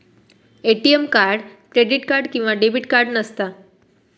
ATM card credit किंवा debit card नसता